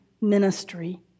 ministry